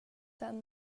den